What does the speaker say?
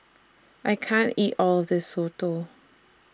I can't eat All of This Soto